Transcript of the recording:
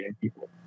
people